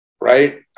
right